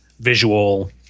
visual